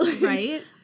Right